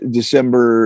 December